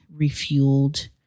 refueled